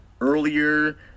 earlier